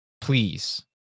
please